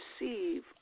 receive